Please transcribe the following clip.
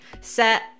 set